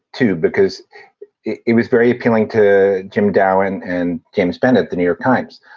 too, because it it was very appealing to jim dow and and james bennett, the new york times.